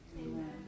Amen